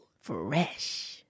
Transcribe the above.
Fresh